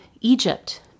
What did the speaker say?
Egypt